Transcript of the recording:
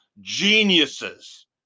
geniuses